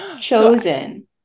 chosen